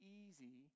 easy